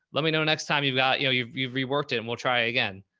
let me know. next time you've got, you know, you've, you've reworked it and we'll try it again.